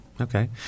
Okay